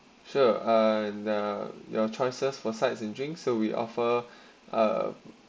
sure and uh your choices for sites in drink so we offer a